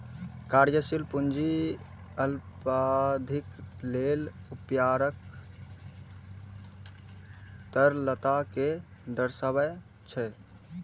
कार्यशील पूंजी अल्पावधिक लेल व्यापारक तरलता कें दर्शाबै छै